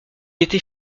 était